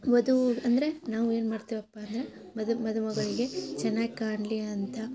ವಧು ಅಂದರೆ ನಾವು ಏನು ಮಾಡ್ತೇವಪ್ಪ ಅಂದರೆ ಮದುಮಗಳಿಗೆ ಚೆನ್ನಾಗಿ ಕಾಣಲಿ ಅಂತ